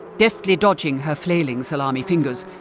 deftly dodging her flailing salami fingers,